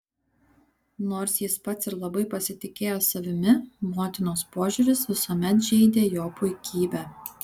nors jis pats ir labai pasitikėjo savimi motinos požiūris visuomet žeidė jo puikybę